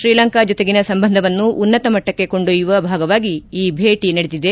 ಶ್ರೀಲಂಕಾ ಜೊತೆಗಿನ ಸಂಬಂಧವನ್ನು ಉನ್ನತಮಟ್ಟಕ್ಕೆ ಕೊಂಡೊಯ್ಯುವ ಭಾಗವಾಗಿ ಈ ಭೇಟಿ ನಡೆದಿದೆ